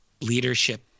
leadership